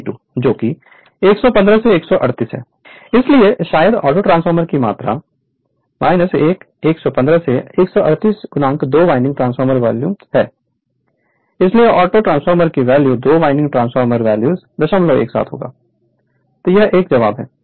Refer Slide Time 1405 इसलिए शायद auto transformer की मात्रा 1 115 से 138 2 वाइंडिंग ट्रांसफॉर्मर वॉल्यूम है इसलिए ऑटो की वॉल्यूम 2 वाइंडिंग ट्रांसफार्मर वॉल्यूम 017 होगा तो यह एक जवाब है